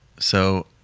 so,